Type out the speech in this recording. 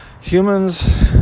Humans